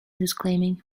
disclaiming